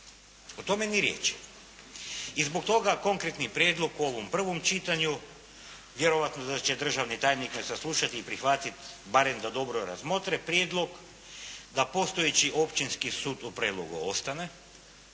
o tome ni riječi. I zbog toga, konkretni prijedlog u ovom prvom čitanju, vjerojatno da će državni tajnik saslušati i prihvatiti, barem da dobro razmotre prijedlog, da postojeći Općinski sud u Prelogu ostane,